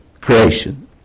creation